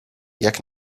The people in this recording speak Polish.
jak